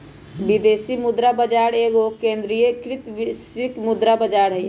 विदेशी मुद्रा बाजार एगो विकेंद्रीकृत वैश्विक मुद्रा बजार हइ